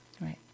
Right